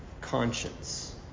conscience